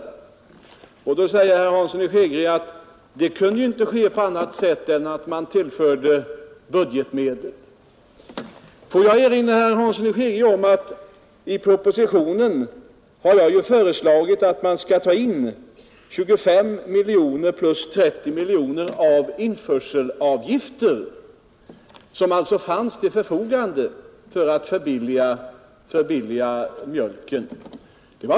Herr Hansson i Skegrie menade att det inte kunde ske på annat sätt än att man tillförde budgetmedel. Får jag erinra herr Hansson i Skegrie om att jag i propositionen har föreslagit att man skall ta in 25 miljoner kronor plus 30 miljoner kronor av införselavgifter, som alltså fanns till förfogande för att förbilliga mjölken.